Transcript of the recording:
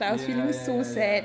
ya ya ya ya